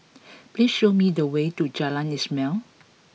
please show me the way to Jalan Ismail